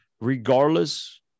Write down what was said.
regardless